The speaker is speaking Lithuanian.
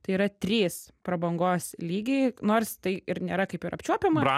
tai yra trys prabangos lygiai nors tai ir nėra kaip ir apčiuopiama